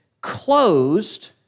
closed